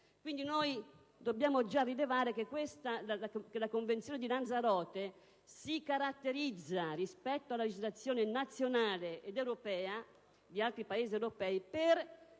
sessuale. Dobbiamo quindi rilevare che la Convenzione di Lanzarote si caratterizza rispetto alla legislazione nazionale e a quella di altri Paesi europei nel